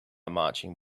marching